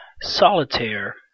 Solitaire